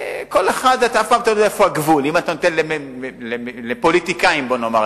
אתה אף פעם לא יודע איפה הגבול אם אתה נותן לפוליטיקאים להתערב,